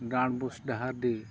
ᱰᱟᱸᱰᱵᱳᱥ ᱰᱟᱦᱟᱨᱰᱤ